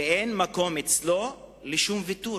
, ואין מקום אצלו לשום ויתור